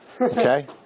Okay